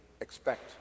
expect